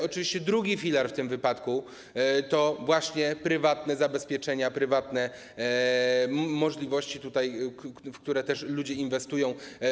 Oczywiście drugi filar w tym wypadku to właśnie prywatne zabezpieczenia, prywatne możliwości, w które też ludzie inwestują.